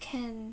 can